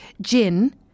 gin